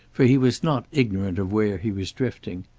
for he was not ignorant of where he was drifting.